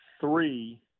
three